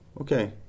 okay